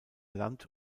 land